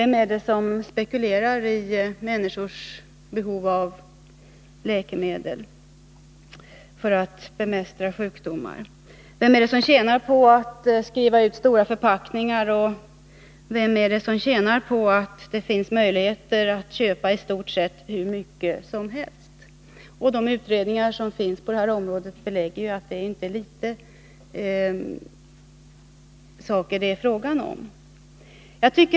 Vem är det som spekulerar i människors behov av läkemedel för att bemästra sjukdomar? Vem är det som tjänar på att det skrivs ut stora förpackningar? Vem är det som tjänar på att det finns möjligheter att köpa i stort sett hur mycket som helst? De undersökningar som finns på detta området belägger ju att det inte är fråga om små kvantiteter.